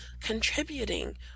contributing